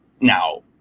now